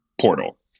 portal